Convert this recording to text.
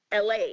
LA